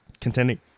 contending